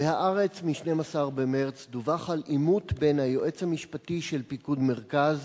ב"הארץ" מ-12 במרס דווח על עימות בין היועץ המשפטי של פיקוד מרכז